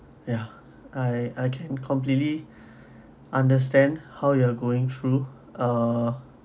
ya I I can completely understand how you're going through uh